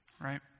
Right